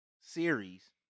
series